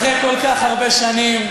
אחרי כל כך הרבה שנים,